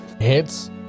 Hits